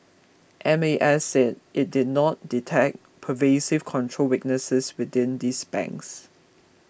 M A S said it did not detect pervasive control weaknesses within these banks